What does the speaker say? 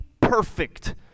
perfect